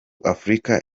afurika